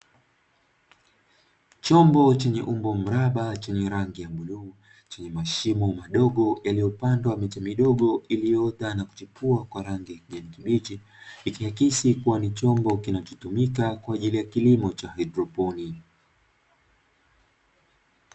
Chombo chenye umbo mraba chenye rangi ya bluu chenye mashimo madogo yaliopandwa miti midogo yalioota na kuchipua kwa rangi ya kijani kibichi, ikiakisi kuwa ni chombo kinacho tumika kwenye kilimo cha haidroponiki.